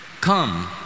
come